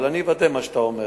אבל אני אוודא מה שאתה אומר,